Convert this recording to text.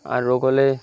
আর রোগ হলে